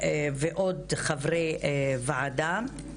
ועוד חברי ועדה.